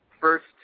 first